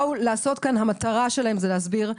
המטרה שלהם זה להסביר,